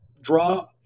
draw